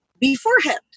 beforehand